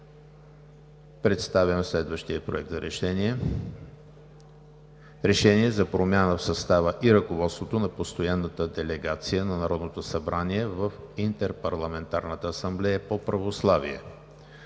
Представям следващия: „Проект! РЕШЕНИЕ за промяна в състава и ръководството на Постоянната делегация на Народното събрание в Интерпарламентарната асамблея по православие